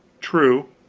true.